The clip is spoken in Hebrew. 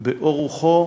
באור רוחו,